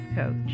coach